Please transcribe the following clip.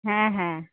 হ্যাঁ হ্যাঁ